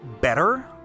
better